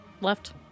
left